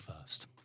first